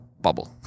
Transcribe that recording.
bubble